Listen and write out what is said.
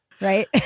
right